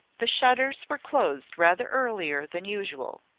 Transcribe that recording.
the shutters were closed rather earlier than usual.